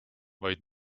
vaid